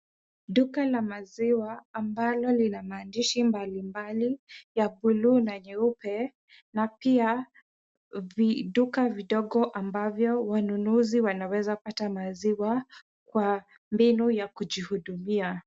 Duka la maziwa ambalo lina maandishi mbalimbali, ya bluu na nyeupe na pia viduka vidogo ambavyo wanunuzi wanaweza kupata maziwa kwa mbinu ya kujihudumia.